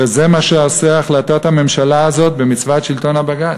וזה מה שעושה החלטת הממשלה הזאת במצוות שלטון הבג"ץ.